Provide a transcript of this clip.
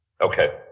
Okay